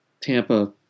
Tampa